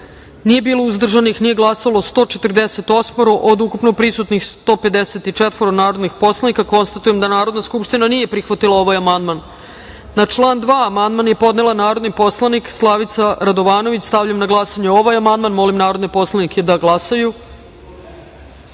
nije bilo uzdržanih, nije glasalo 141 od ukupno 154 prisutnih narodnih poslanika. Konstatujem da Narodna skupština nije prihvatila ovaj amandman. Na član 2. amandman je podneo narodni poslanik Vladimir Pajić. Stavljam na glasanje ovaj amandman. Molim narodne poslanike da pritisnu